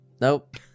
nope